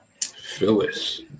Phyllis